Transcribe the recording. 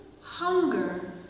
hunger